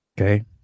okay